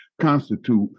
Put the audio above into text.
constitute